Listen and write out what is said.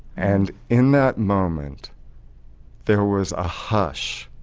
and in that moment there was a hush,